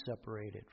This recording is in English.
separated